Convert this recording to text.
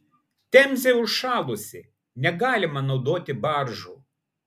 temzė užšalusi negalima naudoti baržų